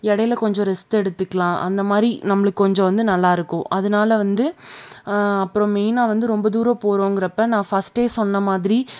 இடையில கொஞ்சம் ரெஸ்ட் எடுத்துக்கலாம் அந்தமாதிரி நம்மளுக்கு கொஞ்சம் வந்து நல்லா இருக்கும் அதனால வந்து அப்புறம் மெயினாக வந்து ரொம்ப தூரம் போகிறோங்கிறப்போ நான் ஃபஸ்ட்டே சொன்ன மாதிரி